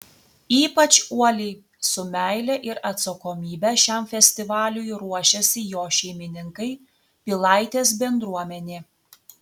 ypač uoliai su meile ir atsakomybe šiam festivaliui ruošiasi jo šeimininkai pilaitės bendruomenė